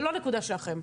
זה לא נקודה שלכם.